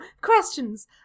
questions